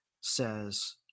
says